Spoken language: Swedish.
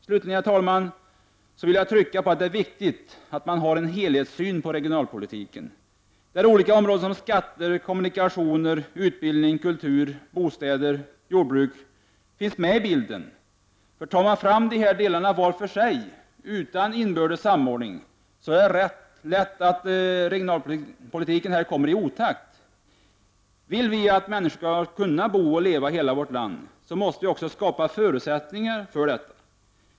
Slutligen, herr talman, vill jag framhålla att det är viktigt att ha en helhetssyn på regionalpolitiken, där olika områden som skatter, kommunikationer, utbildning, kultur, bostäder och jordbruk finns med. Om man ser dessa delar var för sig, utan inbördes samordning, är det lätt att regionalpolitiken kommer i otakt. Om vi vill att människor skall kunna bo och leva i hela vårt land, så måste vi också skapa förutsättningar för detta.